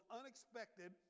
unexpected